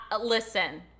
listen